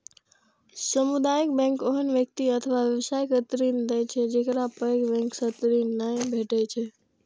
सामुदायिक बैंक ओहन व्यक्ति अथवा व्यवसाय के ऋण दै छै, जेकरा पैघ बैंक सं ऋण नै भेटै छै